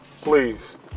please